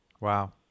Wow